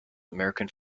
american